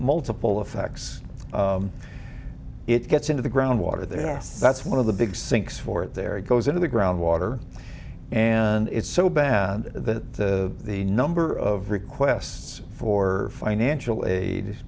multiple effects it gets into the groundwater there that's one of the big sinks for it there it goes into the groundwater and it's so bad that the number of requests for financial aid